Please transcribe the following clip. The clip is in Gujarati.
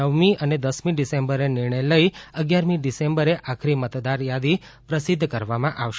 નવ અને દસમી ડિસેમ્બરે નિર્ણય લઈને અગિયારમી ડિસેમ્બરે આખરી મતદાર યાદી પ્રસિધ્ધ કરવામાં આવશે